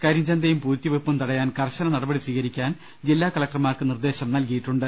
കരിഞ്ചന്തയും പൂഴ്ത്തിവയ്പും തടയാൻ കർശന നടപടി സ്വീകരിക്കാൻ ജില്ലാ കലക്ടർമാർക്ക് നിർദ്ദേശം നൽകിയിട്ടുണ്ട്